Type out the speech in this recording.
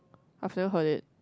I've never heard it